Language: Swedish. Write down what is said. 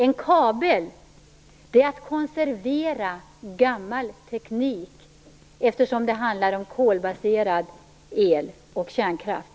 En kabel är att konservera gammal teknik, eftersom det handlar om kolbaserad el och kärnkraft.